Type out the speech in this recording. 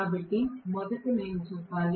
కాబట్టి మొదట నేను చెప్పాలి